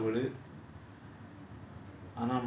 ஆசைப்படு எல்லாத்துக்கும் ஆசைபடு:aasaipadu ellathukkum aasaipadu